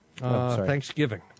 Thanksgiving